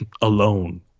Alone